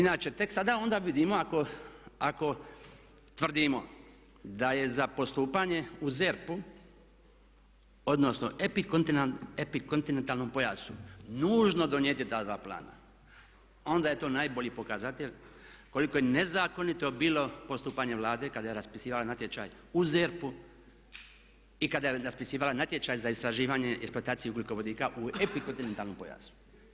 Inače tek sada onda vidimo ako tvrdimo da je za postupanje u ZERP-u, odnosno epikontinentalnom pojasu nužno donijeti ta dva plana, onda je to najbolji pokazatelj koliko je nezakonito bilo postupanje Vlade kada je raspisivala natječaj u ZERP-u i kada je raspisivala natječaj za istraživanje i eksploataciju ugljikovodika u epikontinentalnom pojasu.